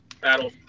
Battle